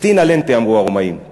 festina lente, אמרו הרומאים.